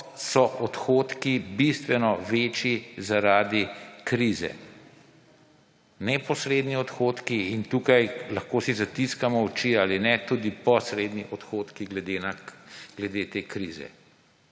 so odhodki bistveno večji zaradi krize. Neposredni odhodki in, tukaj si lahko zatiskamo oči ali ne, tudi posredni odhodki glede te krize.